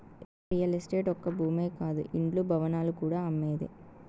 real estate ఒక్క భూమే కాదు ఇండ్లు, భవనాలు కూడా అమ్మేదే